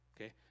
okay